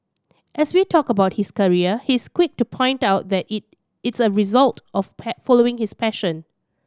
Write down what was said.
as we talk about his career he is quick to point out that it it's a result of following his passion